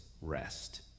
rest